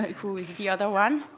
who is the other one,